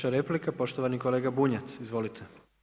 I 3. replika, poštovani kolega BUnjac, izvolite.